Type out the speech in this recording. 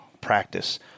practice